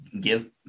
give